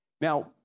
Now